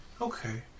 Okay